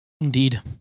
Indeed